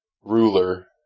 ruler